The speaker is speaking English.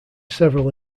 several